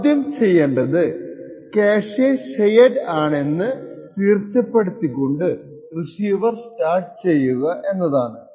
ആദ്യം ചെയ്യേണ്ടത് cache shared ആണെന്ന് തീർച്ചപ്പെടുത്തികൊണ്ട് റിസീവർ സ്റ്റാർട്ട് ചെയ്യുക എന്നതാണ്